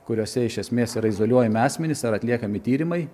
kuriose iš esmės yra izoliuojami asmenys ar atliekami tyrimai